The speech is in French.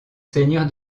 seigneur